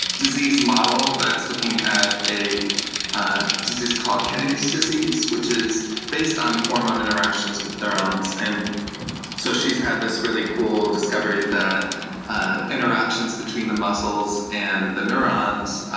disease model that's looking at a disease called kennedy's disease, which is based on hormone interactions with neurons. and so, she's had this really cool discovery that ah interactions between the muscles and the neurons,